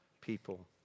people